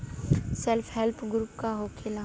Self help group का होखेला?